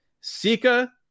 Sika